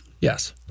Yes